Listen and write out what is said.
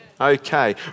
Okay